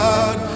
God